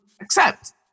accept